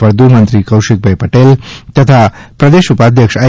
ફળદુ મંત્રીશ્રી કૌશિકભાઈ પટેલ તથા પ્રદેશ ઉપાધ્યક્ષશ્રી આઈ